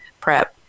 prep